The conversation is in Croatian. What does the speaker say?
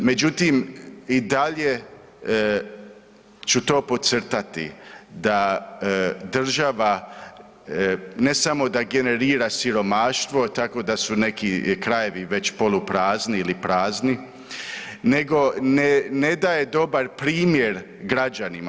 Međutim, i dalje ću to podcrtati da država ne samo da generira siromaštvo tako da su neki krajevi već poluprazni ili prazni nego ne daje dobar primjer građanima.